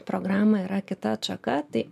programą yra kita atšaka tai